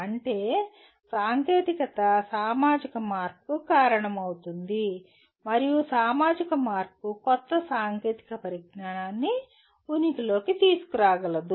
అంటే సాంకేతికత సామాజిక మార్పుకు కారణమవుతుంది మరియు సామాజిక మార్పు కొత్త సాంకేతిక పరిజ్ఞానాన్ని ఉనికిలోకి తీసుకురాగలదు